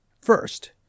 first